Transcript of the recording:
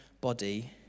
body